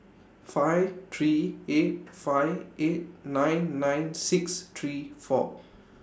five three eight five eight nine nine six three four